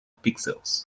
pixels